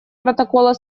протокола